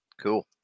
cool